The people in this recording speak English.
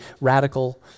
radical